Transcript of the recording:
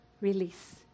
release